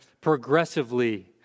Progressively